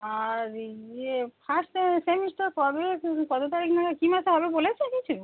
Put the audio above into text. আর ইয়ে first semester কবে কত তারিখ নাগাদ কী মাসে হবে বলেছে কিছু